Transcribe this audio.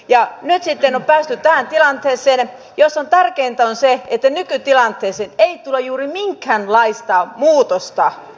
nyt sitten on päästy tähän tilanteeseen jossa tärkeintä on se että nykytilanteeseen ei tule juuri minkäänlaista muutosta